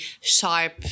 sharp